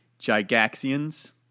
gigaxians